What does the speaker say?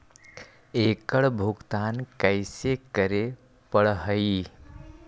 एकड़ भुगतान कैसे करे पड़हई?